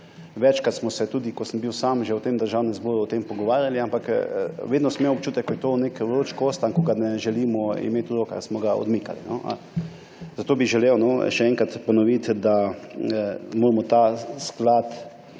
Večkrat smo se tudi, ko sem bil sam že v tem državnem zboru, o tem pogovarjali, ampak vedno sem imel občutek, da je to nek vroč kostanj, ki ga ne želimo imeti v rokah, in smo ga odmikali. Zato bi želel še enkrat ponoviti, da moramo ta sklad